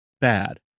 bad